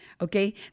okay